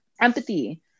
Empathy